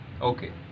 Okay